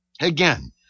again